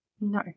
No